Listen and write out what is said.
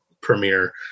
premiere